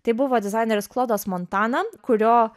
tai buvo dizaineris klodas montana kurio